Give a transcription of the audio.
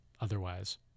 otherwise